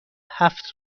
هفت